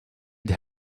need